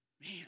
Man